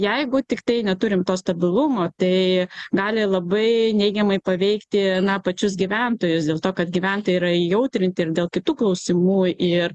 jeigu tiktai neturim to stabilumo tai gali labai neigiamai paveikti pačius gyventojus dėl to kad gyventojai yra įjautrinti ir dėl kitų klausimų ir